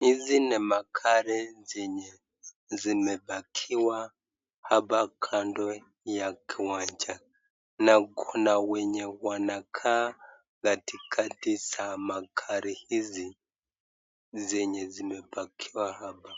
Hizi ni magari zenye zimepakiwa hapa kando ya kiwanja na kuna wenye wanakaa katikati za magari hizi zenye zimepakiwa hapa